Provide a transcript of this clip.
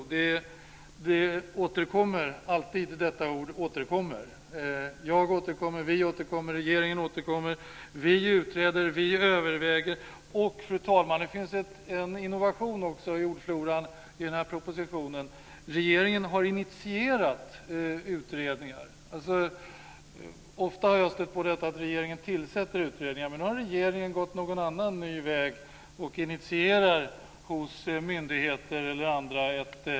Ordet "återkommer" återkommer alltid: jag återkommer, vi återkommer, regeringen återkommer. Det står också ofta att vi utreder och att vi överväger. Fru talman! Det finns också en innovation i ordfloran i denna proposition; det talas om att regeringen har initierat utredningar. Ofta har jag stött på formuleringen att regeringen tillsätter utredningar, men nu har regeringen gått en ny väg och initierar ett agerande hos myndigheter eller andra.